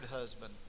husband